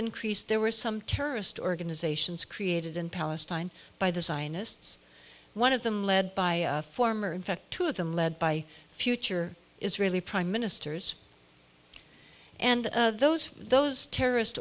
increased there were some terrorist organizations created in palestine by the zionists one of them led by former in fact two of them led by future israeli prime ministers and those those terrorist